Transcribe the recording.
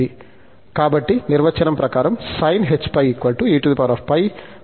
కాబట్టి నిర్వచనం ప్రకారం sinh π eπ−e−π 2